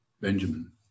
Benjamin